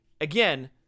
Again